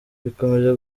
bikomeje